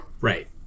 right